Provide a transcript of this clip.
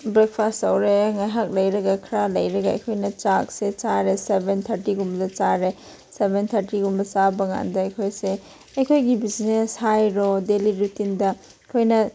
breakfast ꯇꯧꯔꯦ ꯉꯥꯏꯍꯥꯛ ꯂꯩꯔꯒ ꯈꯔ ꯂꯩꯔꯒ ꯑꯩꯈꯣꯏꯅ ꯆꯥꯛꯁꯦ ꯆꯥꯔꯦ ꯁꯕꯦꯟ ꯊꯥꯔꯇꯤꯒꯨꯝꯕꯗ ꯆꯥꯔꯦ ꯁꯕꯦꯟ ꯊꯥꯔꯇꯤꯒꯨꯝꯕꯗ ꯆꯥꯕ ꯀꯥꯟꯗ ꯑꯩꯈꯣꯏꯁꯦ ꯑꯩꯈꯣꯏꯒꯤ ꯕꯤꯖꯤꯅꯦꯁ ꯍꯥꯏꯔꯣ ꯗꯦꯂꯤ ꯔꯨꯇꯤꯟꯗ ꯑꯩꯈꯣꯏꯅ